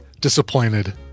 disappointed